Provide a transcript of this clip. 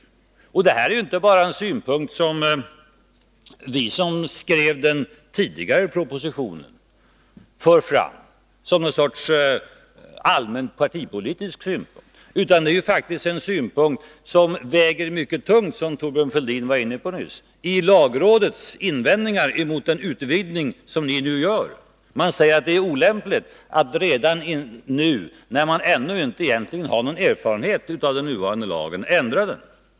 Detta är inte bara en synpunkt som vi, som skrev den tidigare propositionen, för fram som någon sorts allmän partipolitisk synpunkt, utan det är faktisk en synpunkt som väger mycket tungt — som Thorbjörn Fälldin var inne på nyss — i lagrådets invändningar mot den utvidgning som ni nu föreslår. Det är olämpligt att redan nu, när man egentligen inte har någon erfarenhet av den nuvarande lagen, ändra den.